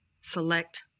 select